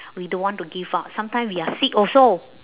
we don't want to give up sometimes we are sick also